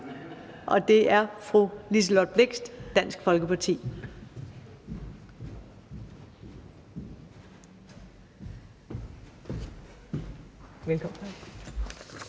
og det er fru Liselott Blixt, Dansk Folkeparti.